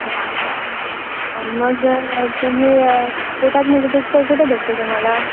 ओ हां मग तुम्ही पोटात म्हणजे दुखत आहे कुठे दुखत आहे तुम्हाला